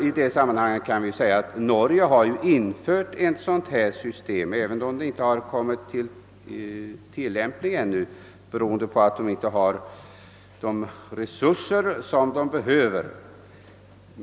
I det sammanhanget kan nämnas att Norge har infört ett system om kortvarigt frihetsberövande även om det inte har kommit i tillämpning ännu, beroende på att man inte har de resurser som behövs.